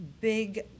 big